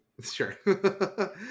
sure